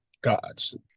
gods